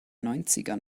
neunzigern